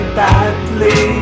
badly